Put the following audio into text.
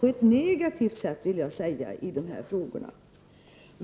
på ett negativt sätt i dessa frågor.